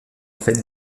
fait